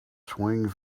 swing